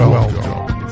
Welcome